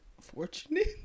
fortunate